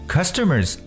Customers